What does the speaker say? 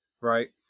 right